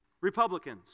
Republicans